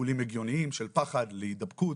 שיקולים הגיוניים של פחד להידבקות,